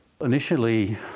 Initially